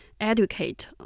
educate